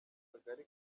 kagari